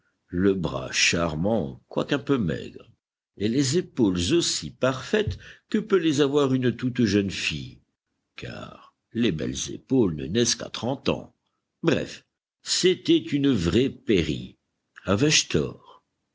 le bras charmant quoiqu'un peu maigre et les épaules aussi parfaites que peut les avoir une toute jeune fille car les belles épaules ne naissent qu'à trente ans bref c'était une vraie péri